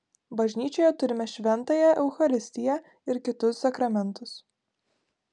bažnyčioje turime šventąją eucharistiją ir kitus sakramentus